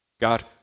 God